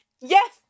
Yes